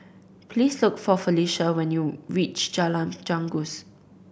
please look for Felisha when you reach Jalan Janggus